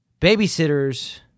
Babysitters